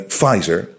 Pfizer